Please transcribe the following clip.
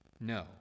No